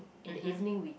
in the evening we